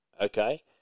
okay